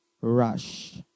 rush